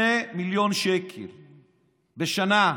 2 מיליון שקל בשנה,